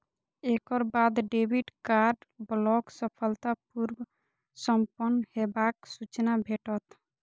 एकर बाद debit card block सफलतापूर्व संपन्न हेबाक सूचना भेटत